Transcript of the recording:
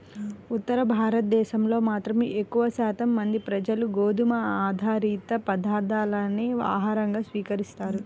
ఉత్తర భారతదేశంలో మాత్రం ఎక్కువ శాతం మంది ప్రజలు గోధుమ ఆధారిత పదార్ధాలనే ఆహారంగా స్వీకరిస్తారు